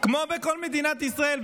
כמו בכל מדינת ישראל.